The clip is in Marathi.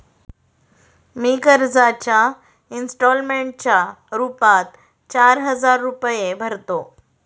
मी कर्जाच्या इंस्टॉलमेंटच्या रूपात चार हजार रुपये भरतो